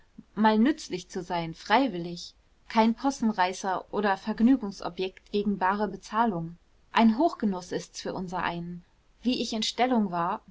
mal nützlich zu sein freiwillig kein possenreißer oder vergnügungsobjekt gegen bare bezahlung ein hochgenuß ist's für unsereinen wie ich in stellung war